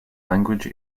language